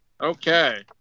Okay